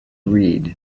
read